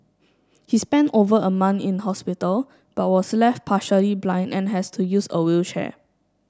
he spent over a month in hospital but was left partially blind and has to use a wheelchair